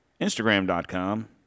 instagram.com